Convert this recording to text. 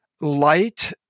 light